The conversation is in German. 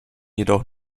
jedoch